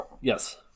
Yes